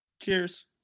Cheers